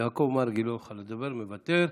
יעקב מרגי, לא יכול לדבר, מוותר.